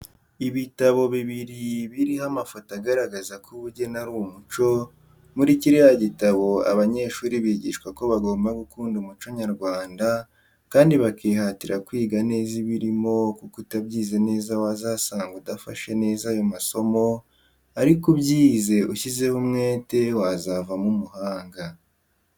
Ibitabo bibiri biriho amafoto agaragaza ko ubugeni ari umuco, muri kiriya gitabo abanyeshuri bigishwa ko bagomba gukunda Umuco Nyarwanda kandi bakihatira kwiga neza ibirimo kuko utabyize neza wazasanga udafashe neza ayo masomo ariko ubyize ushyizeho umwete wazavamo umuhanga.